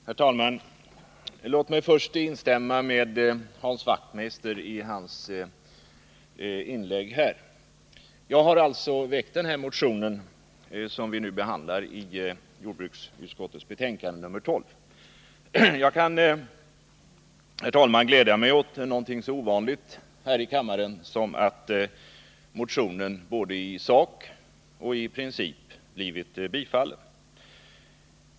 Herr talman! Låt mig först instämma med Hans Wachtmeister i hans inlägg här. Jag har alltså väckt den motion som vi nu behandlar i jordbruksutskottets betänkande nr 12. Jag kan, herr talman, glädja mig åt någonting så ovanligt här i kammaren som att motionen i både sak och princip blivit tillstyrkt i utskottet.